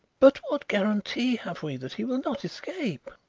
but what guarantee have we that he will not escape?